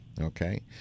Okay